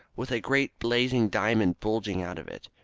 with a great blazing diamond bulging out of it.